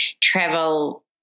travel